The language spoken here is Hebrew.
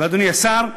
אדוני השר,